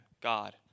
God